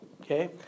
Okay